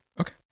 Okay